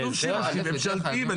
כתוב שימושים ממשלתיים.